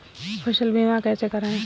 फसल बीमा कैसे कराएँ?